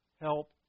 help